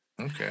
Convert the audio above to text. Okay